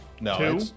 No